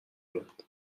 میاد